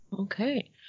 Okay